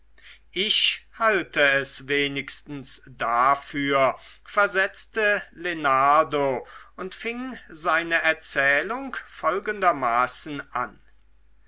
ich halte es wenigstens dafür versetzte lenardo und fing seine erzählung folgendermaßen an